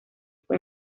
fue